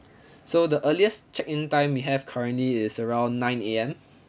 so the earliest check-in time we have currently is around nine A_M